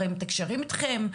הרי הם מתקשרים אתכם,